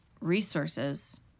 resources